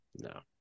no